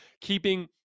keeping